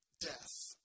death